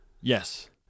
Yes